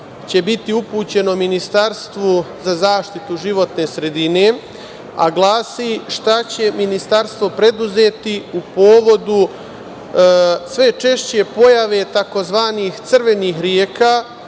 će biti upućeno Ministarstvu za zaštitu životne sredine, a glasi – šta će Ministarstvo preduzeti povodom sve češće pojave takozvanih „crvenih reka“